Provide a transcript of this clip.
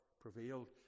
prevailed